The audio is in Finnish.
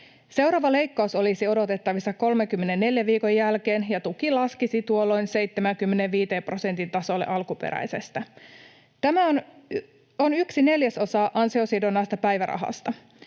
Seuraava leikkaus olisi odotettavissa 34 viikon jälkeen, ja tuki laskisi tuolloin 75 prosentin tasolle alkuperäisestä. Tämä on yksi neljäsosa ansiosidonnaisesta päivärahasta,